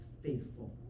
faithful